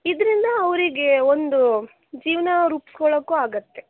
ಇದರಿಂದ ಅವರಿಗೆ ಒಂದು ಜೀವನ ರೂಪಿಸ್ಕೊಳ್ಳೋಕ್ಕೂ ಆಗುತ್ತೆ